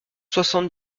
soixante